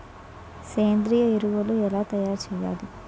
సేంద్రీయ ఎరువులు ఎలా తయారు చేయాలి?